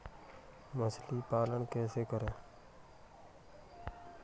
मछली पालन कैसे करें?